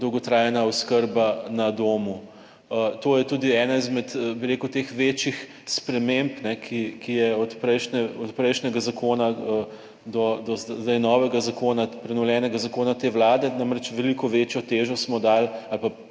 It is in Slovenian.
dolgotrajna oskrba na domu. To je tudi ena izmed, bi rekel, teh večjih sprememb, ki je od prejšnjega zakona do zdaj novega zakona, prenovljenega zakona, te Vlade, namreč veliko večjo težo smo dali